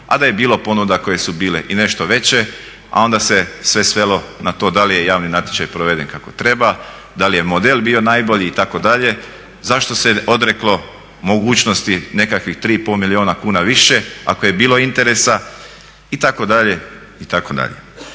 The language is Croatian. a da je bilo ponuda koje su bile i nešto veće a onda se sve svelo na to da li je javni natječaj proveden kako treba, da li je model bio najbolji itd.. Zašto se odreklo mogućnosti nekakvih 3,5 milijuna kuna viša ako je bilo interesa, itd.,